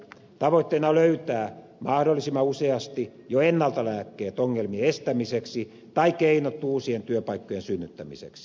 tavoitteena on löytää mahdollisimman useasti jo ennalta lääkkeet ongelmien estämiseksi tai keinot uusien työpaikkojen synnyttämiseksi